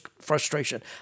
frustration